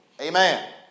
Amen